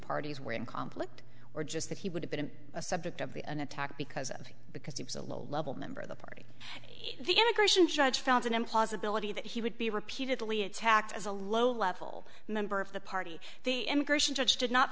parties were in conflict or just that he would have been a subject of an attack because of it because he was a low level member of the party the immigration judge found an impossibility that he would be repeatedly attacked as a low level member of the party the immigration judge did not